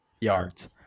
yards